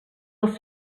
els